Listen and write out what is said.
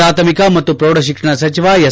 ಪಾಥಮಿಕ ಮತ್ತು ಪ್ರೌಢ ಶಿಕ್ಷಣ ಸಚಿವ ಎಸ್